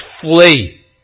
flee